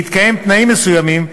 בהתקיים תנאים מסוימים,